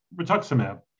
rituximab